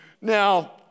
Now